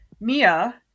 Mia